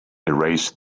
erased